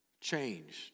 changed